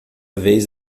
vez